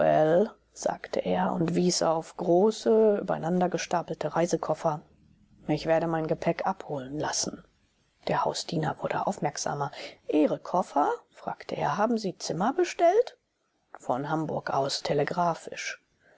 sagte er und wies auf große übereinandergestapelte reisekoffer ich werde mein gepäck abholen lassen der hausdiener wurde aufmerksamer ihre koffer fragte er haben sie zimmer bestellt von hamburg aus